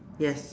yes